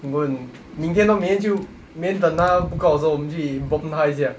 can go and 明天 orh 明天就明天等他 book out 的时候我们去 inform 他一下